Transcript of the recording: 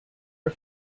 are